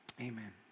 Amen